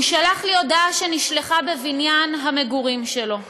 הוא שלח לי הודעה שנשלחה בבניין המגורים שלו,